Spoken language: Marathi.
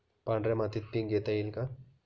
पांढऱ्या मातीत पीक घेता येईल का?